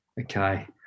Okay